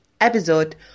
episode